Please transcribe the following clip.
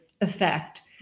effect